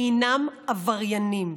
אינם עבריינים.